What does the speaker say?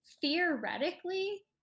theoretically